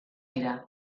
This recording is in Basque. dira